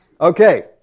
Okay